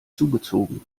zugezogen